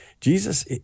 Jesus